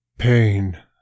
Pain